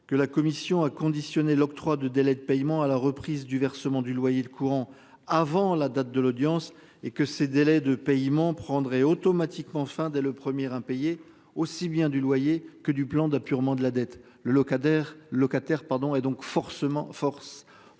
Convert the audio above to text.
que la commission a conditionné l'octroi de délais de paiement à la reprise du versement du loyer le courant avant la date de l'audience et que ces délais de pays m'en prendrai automatiquement fin dès le premier. Aussi bien du loyer que du plan d'apurement de la dette, le locataire locataire